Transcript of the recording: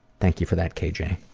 thank you for that, kj.